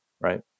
right